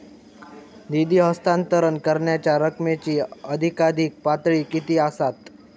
निधी हस्तांतरण करण्यांच्या रकमेची अधिकाधिक पातळी किती असात?